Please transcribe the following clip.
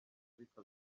ariko